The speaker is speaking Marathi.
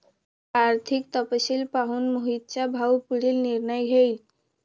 आर्थिक तपशील पाहून मोहितचा भाऊ पुढील निर्णय घेईल